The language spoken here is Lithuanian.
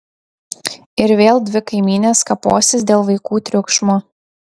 ir vėl dvi kaimynės kaposis dėl vaikų triukšmo